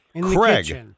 Craig